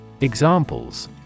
Examples